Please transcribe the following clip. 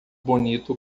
bonito